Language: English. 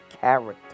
character